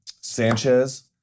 Sanchez